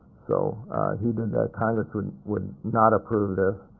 so he did that. congress would would not approve this.